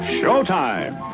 showtime